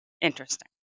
Interesting